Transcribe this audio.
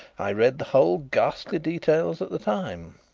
i read the whole ghastly details at the time.